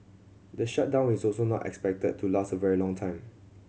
the shutdown is also not expected to last a very long time